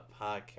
podcast